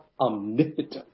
Omnipotent